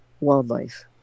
wildlife